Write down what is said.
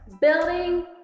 Building